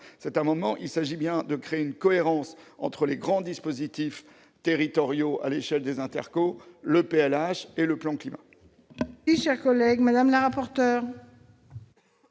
cet amendement, il s'agit bel et bien de créer une cohérence entre les grands dispositifs territoriaux à l'échelle des intercommunalités, le PLH et le PCAET.